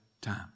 time